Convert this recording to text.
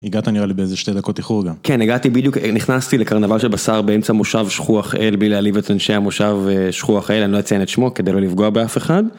הגעת נראה לי באיזה שתי דקות איחור גם. כן, הגעתי בדיוק, נכנסתי לקרנבל של בשר באמצע מושב שכוח אל בלי להעליב את אנשי המושב שכוח האל, אני לא אציין את שמו כדי לא לפגוע באף אחד.